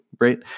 Right